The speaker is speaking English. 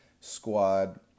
squad